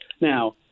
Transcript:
Now